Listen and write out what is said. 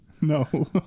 No